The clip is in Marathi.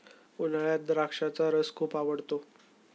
उन्हाळ्यात द्राक्षाचा रस खूप आवडतो